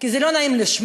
כי זה לא נעים לשמוע,